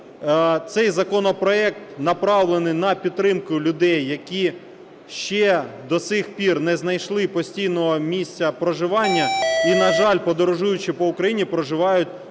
цей законопроект направлений на підтримку людей, які ще до сих пір не знайшли постійного місця проживання і, на жаль, подорожуючи по Україні, проживають в готелях,